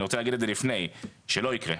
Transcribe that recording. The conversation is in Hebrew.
אני רוצה להגיד את זה לפני, שלא יקרא.